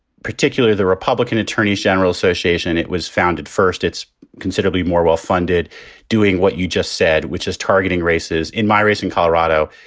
particularly the republican attorneys general association, it was founded first. it's considerably more well funded doing what you just said, which is targeting races in my race in colorado.